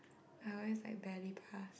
I always like barely pass